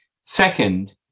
Second